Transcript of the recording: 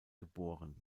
geboren